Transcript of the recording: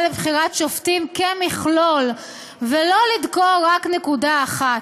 לבחירת שופטים כמכלול ולא לדקור רק נקודה אחת.